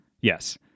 yes